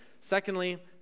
Secondly